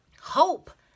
hope